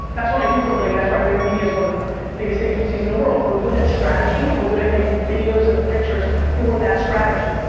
that's what i do for a living. that's why vaynermedia's one of the biggest agencies in the world. we're good at strategy and we're good at making videos and pictures for that strategy.